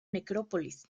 necrópolis